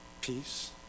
peace